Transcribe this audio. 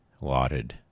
lauded